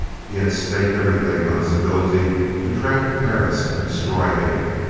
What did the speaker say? he had staked everything on his ability to trap perris and destroy him,